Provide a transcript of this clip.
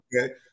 Okay